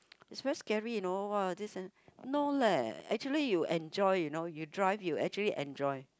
is very scary you know !wah! this and no leh actually you enjoy you know you drive you actually enjoy